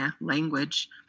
language